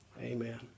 Amen